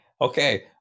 okay